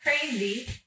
crazy